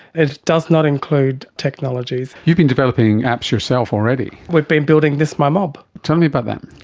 it does not include technologies. you've been developing apps yourself already. we've been building this my mob. tell me about that.